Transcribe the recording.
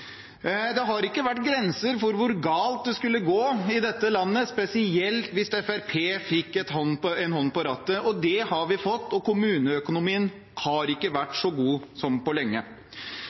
Det har ikke vært grenser for hvor galt det skulle gå i dette landet, spesielt hvis Fremskrittspartiet fikk en hånd på rattet. Det har vi fått, og kommuneøkonomien har ikke vært så god på lenge.